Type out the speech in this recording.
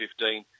2015